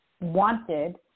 wanted